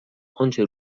آنچه